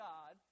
God